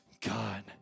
God